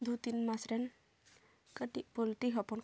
ᱫᱩ ᱛᱤᱱ ᱢᱟᱥ ᱨᱮᱱ ᱠᱟᱹᱴᱤᱡ ᱯᱳᱞᱴᱨᱤ ᱦᱚᱯᱚᱱ ᱠᱟᱱᱟ ᱠᱚ